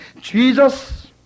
Jesus